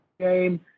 game